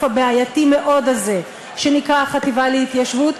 הבעייתי-מאוד הזה שנקרא החטיבה להתיישבות,